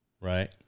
right